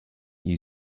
you